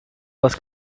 was